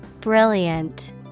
Brilliant